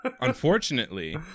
unfortunately